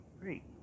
great